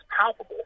palpable